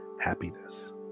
happiness